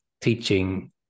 teaching